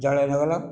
ଜଳ ଜଙ୍ଗଲ